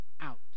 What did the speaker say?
out